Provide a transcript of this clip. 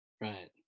Right